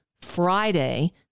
Friday